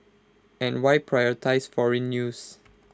and why prioritise foreign news